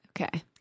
Okay